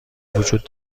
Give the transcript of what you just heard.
وجود